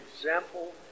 example